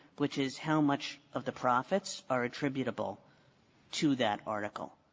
which is how much of the profits are attributable to that article.